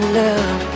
love